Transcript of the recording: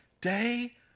day